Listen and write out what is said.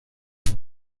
este